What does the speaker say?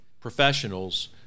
professionals